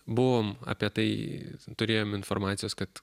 buvom apie tai turėjom informacijos kad